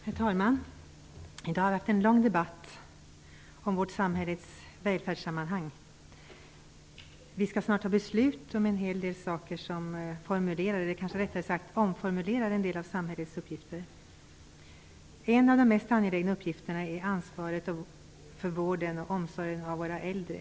Herr talman! Det har varit en lång debatt om vårt samhälles välfärd. Vi skall snart fatta beslut om en del saker som omformulerar en del av samhällets uppgifter. En av de mest angelägna uppgifterna är ansvaret för vården och omsorgen av våra äldre.